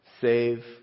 save